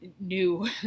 new